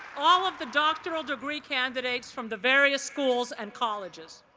all of the doctoral degree candidates from the various schools and colleges.